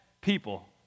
people